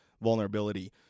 vulnerability